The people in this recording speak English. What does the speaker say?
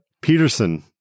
Peterson